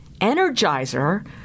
energizer